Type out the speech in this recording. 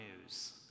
news